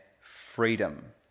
freedom